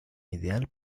ideal